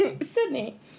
Sydney